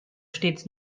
stets